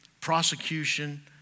prosecution